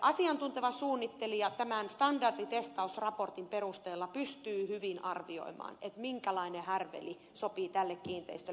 asiantunteva suunnittelija tämän standarditestausraportin perusteella pystyy hyvin arvioimaan minkälainen härveli sopii tälle kiinteistölle